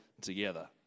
together